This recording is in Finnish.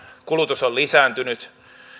kulutus on lisääntynyt